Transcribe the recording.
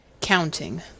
counting